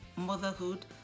motherhood